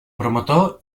promotor